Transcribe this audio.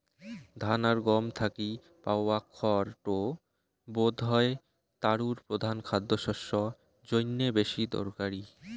ধান আর গম থাকি পাওয়া খড় টো বোধহয় তারুর প্রধান খাদ্যশস্য জইন্যে বেশি দরকারি